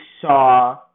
saw